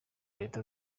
leta